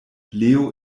leo